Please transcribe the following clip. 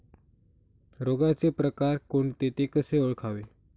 रोगाचे प्रकार कोणते? ते कसे ओळखावे?